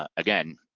ah again,